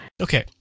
Okay